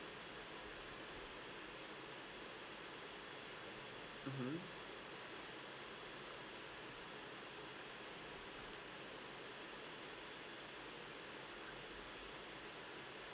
mmhmm